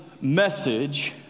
message